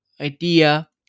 idea